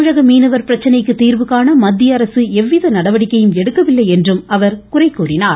தமிழக மீனவர் பிரச்சனைக்கு தீர்வு காண மத்திய அரசு எவ்விக நடவடிக்கையும் எடுக்கவில்லை என்றும் அவர் குற்றம் சாட்டினார்